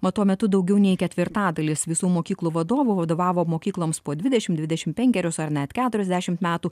mat tuo metu daugiau nei ketvirtadalis visų mokyklų vadovų vadovavo mokykloms po dvidešimt dvidešimt penkerius ar net keturiasdešimt metų